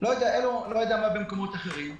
אני לא יודע מה קורה במקומות אחרים.